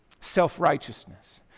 Self-righteousness